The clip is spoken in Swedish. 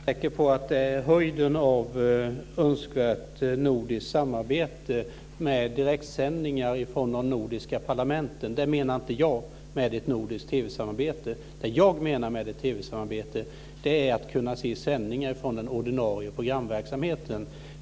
Fru talman! Jag är inte säker på att det är höjden av önskvärt nordiskt samarbete med direktsändningar från de nordiska parlamenten. Det är inte vad jag menar med ett nordiskt TV-samarbete. Det jag menar med ett TV-samarbete är att kunna se sändningar från den ordinarie programverksamheten.